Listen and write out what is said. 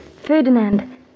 Ferdinand